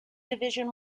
division